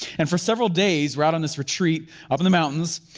and for several days we're out on this retreat up in the mountains,